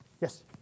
Yes